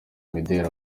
imideli